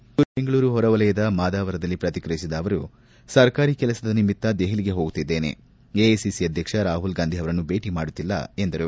ಈ ಕುರಿತು ಬೆಂಗಳೂರು ಹೊರವಲಯದ ಮಾದಾವರದಲ್ಲಿ ಪ್ರತಿಕ್ರಿಯಿಸಿದ ಅವರು ಸರ್ಕಾರಿ ಕೆಲಸದ ನಿಮಿತ್ತ ದೆಹಲಿಗೆ ಹೋಗುತ್ತಿದ್ದೇನೆ ಎಐಸಿಸಿ ಅಧ್ಯಕ್ಷ ರಾಹುಲ್ ಗಾಂಧಿಯವರನ್ನು ಭೇಟಿ ಮಾಡುತ್ತಿಲ್ಲ ಎಂದರು